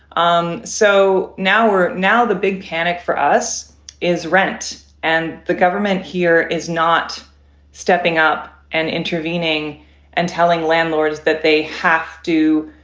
um so now we're now the big panic for us is rent and the government here is not stepping up and intervening and telling landlords that they have to.